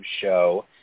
show